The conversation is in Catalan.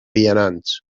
vianants